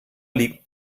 liegt